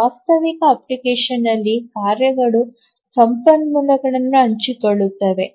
ವಾಸ್ತವಿಕ ಅಪ್ಲಿಕೇಶನ್ನಲ್ಲಿ ಕಾರ್ಯಗಳು ಸಂಪನ್ಮೂಲಗಳನ್ನು ಹಂಚಿಕೊಳ್ಳುತ್ತವೆ